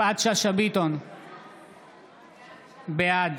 בעד